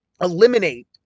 eliminate